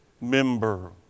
member